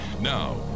Now